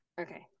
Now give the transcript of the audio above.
okay